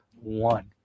one